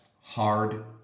hard